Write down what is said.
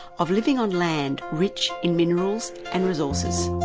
of living on land rich in minerals and resources.